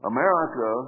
America